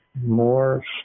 more